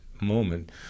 moment